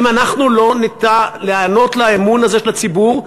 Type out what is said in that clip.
אם אנחנו לא נדע לענות לאמון הזה של הציבור,